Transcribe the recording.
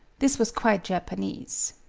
this was quite japanese.